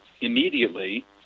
immediately